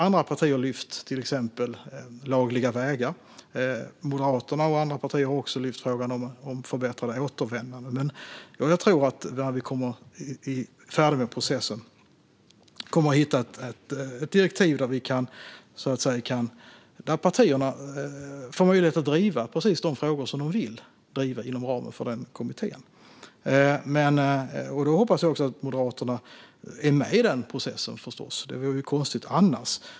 Andra partier har lyft till exempel lagliga vägar. Moderaterna och andra partier har också lyft frågan om förbättrat återvändande. Jag tror att vi, när vi är färdiga med processen, kommer att hitta ett direktiv där partierna får möjlighet att driva de frågor de vill driva inom ramen för kommittén. Jag hoppas förstås att också Moderaterna är med i den processen. Det vore konstigt annars.